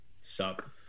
suck